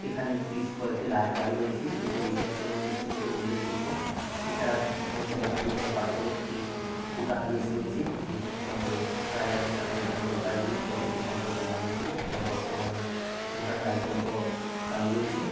এখানে বেশ কয়েকটি রাজবাড়ি রয়েছে যেটি ঐতিহাসিকভাবে অত্যন্ত উল্লেখযোগ্য এছাড়া জলপাইগুড়ি জেলার পার্শ্ববর্তী ভুটান দেশ রয়েছে যেখানের সঙ্গে রাজাদের সঙ্গে এখানে জলপাইগুড়ির যথেষ্ট সম্পর্ক ভালো ছিল বা বর্তমানেও ভুটানে রাজতন্ত্র চালু রয়েছে